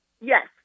Yes